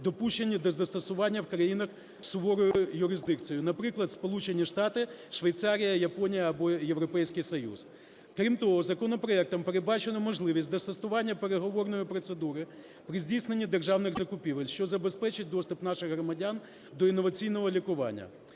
допущені до застосування в країнах з суворою юрисдикцією, наприклад, Сполучені Штати, Швейцарія, Японія або Європейський Союз. Крім того, законопроектом передбачено можливість застосування переговорної процедури при здійсненні державних закупівель, що забезпечить доступ наших громадян до інноваційного лікування.